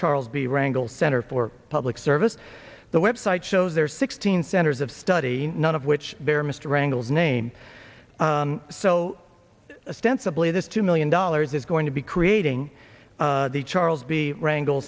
charles b wrangle center for public service the website shows there are sixteen centers of study none of which there mr wrangled name so offensively this two million dollars is going to be creating the charles b wrangle